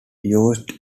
used